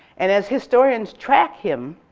and as historians track him,